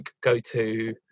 go-to